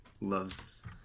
loves